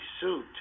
suit